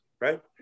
right